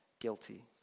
guilty